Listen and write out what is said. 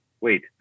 wait